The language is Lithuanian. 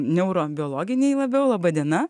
neurobiologiniai labiau laba diena